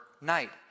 night